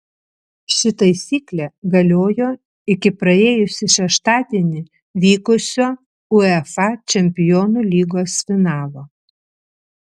ši taisyklė galiojo iki praėjusį šeštadienį vykusio uefa čempionų lygos finalo